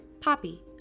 Poppy